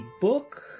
book